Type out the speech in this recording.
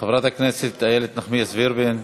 חברת הכנסת איילת נחמיאס ורבין,